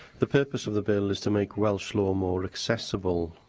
the purpose of the bill is to make welsh law more accessible,